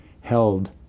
held